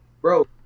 bro